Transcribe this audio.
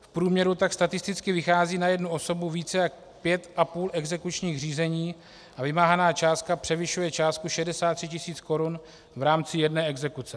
V průměru tak statisticky vychází na jednu osobu více jak pět a půl exekučních řízení a vymáhaná částka převyšuje částku 63 000 korun v rámci jedné exekuce.